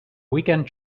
weekend